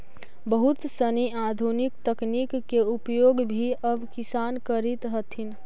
बहुत सनी आधुनिक तकनीक के उपयोग भी अब किसान करित हथिन